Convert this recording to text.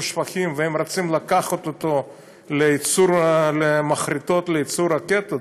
שפכים והם רוצים לקחת אותו למחרטות לייצור רקטות,